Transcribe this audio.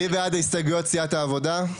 מי בעד הסתייגויות סיעת "העבודה"?